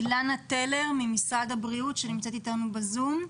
אילנה טלר ממשרד הבריאות שנמצאת אתנו ב-זום.